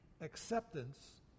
acceptance